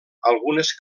algunes